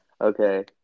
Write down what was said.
okay